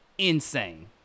insane